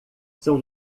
são